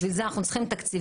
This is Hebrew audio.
בשביל זה אנחנו צריכים תקציבים.